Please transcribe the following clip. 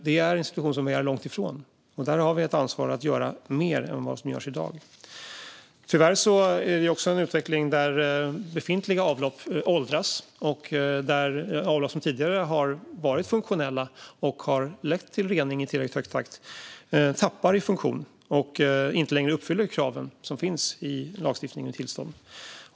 Det är en situation som vi är långt ifrån. Där har vi ett ansvar att göra mer än vad som görs i dag. Tyvärr ser vi också en utveckling där befintliga avlopp åldras och där avlopp som tidigare varit funktionella och lett till rening i tillräckligt hög takt tappar i funktion och inte längre uppfyller kraven i lagstiftningen för tillstånd.